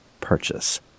purchase